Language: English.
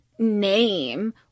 Name